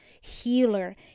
healer